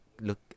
Look